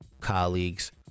colleagues